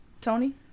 Tony